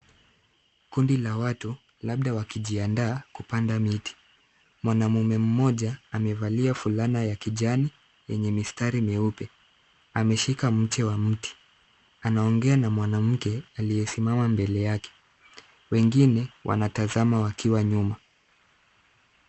Kundi la watu labda wakijiandaa kupanda miti. Mwanaume mmoja amevalia fulana ya kijani yenye mistari mieupe. Ameshika mche wa mti. Anaongea na mwanamke aliyesimama mbele yake. Wengine wanatazama wakiwa nyuma.